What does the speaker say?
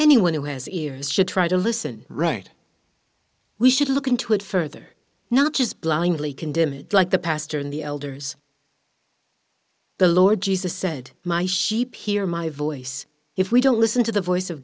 anyone who has ears should try to listen right we should look into it further not just blindly condemn it like the pastor in the elders the lord jesus said my sheep hear my voice if we don't listen to the voice of